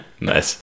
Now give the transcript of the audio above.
Nice